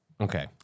Okay